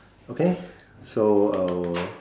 okay so uh